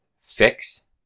fix